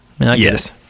Yes